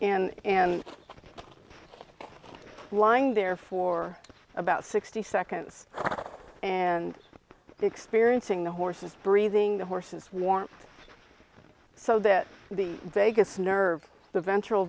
and and flying there for about sixty seconds and experiencing the horses breathing the horses warm so that the vegas nerve the ventra